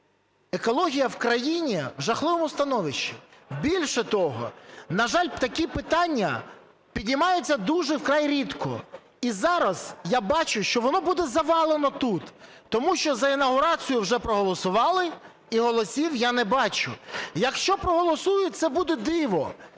екологія в країні в жахливому становищі. Більше того, на жаль, такі питання піднімаються дуже вкрай рідко. І зараз я бачу, що воно буде завалено тут, тому що за інавгурацію вже проголосували, і голосів я не бачу. Якщо проголосують, це буде диво,